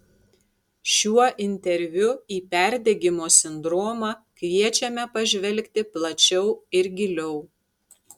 šiuo interviu į perdegimo sindromą kviečiame pažvelgti plačiau ir giliau